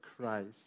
Christ